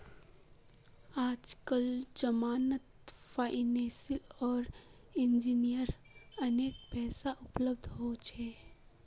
आजकल जमानत फाइनेंसियल आर इंजीनियरिंग अनेक पैसा उपलब्ध हो छे